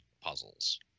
puzzles